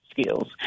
skills